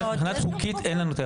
מבחינה חוקית אין לנו את היכולת.